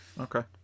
Okay